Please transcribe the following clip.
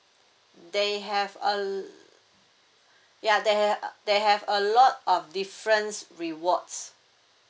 they have a l~ ya they ha~ uh they have a lot of difference rewards